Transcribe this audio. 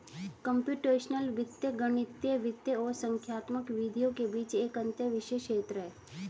computational वित्त गणितीय वित्त और संख्यात्मक विधियों के बीच एक अंतःविषय क्षेत्र है